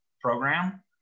program